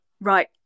Right